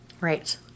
Right